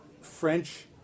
French